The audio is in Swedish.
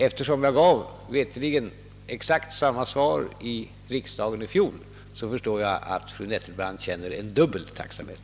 Eftersom jag veterligen gav exakt samma svar i riksdagen i fjol förstår jag att fru Nettelbrandt i dag känner dubbel tacksamhet.